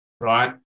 right